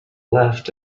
left